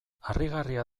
harrigarria